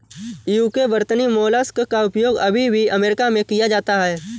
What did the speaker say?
UK वर्तनी mollusc का उपयोग अभी भी अमेरिका में किया जाता है